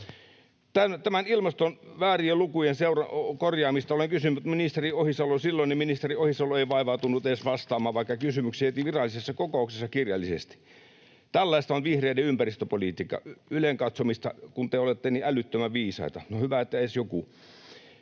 Näiden ilmaston väärien lukujen korjaamista olen kysynyt ministeri Ohisalolta. Silloinen ministeri Ohisalo ei vaivautunut edes vastaamaan, vaikka kysymyksen jätin virallisessa kokouksessa kirjallisesti. Tällaista on vihreiden ympäristöpolitiikka, ylenkatsomista, kun te olette niin älyttömän viisaita — no hyvä, että edes joku